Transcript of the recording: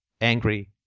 angry